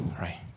right